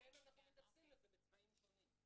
ולכן אנחנו מתייחסים לזה בצבעים שונים.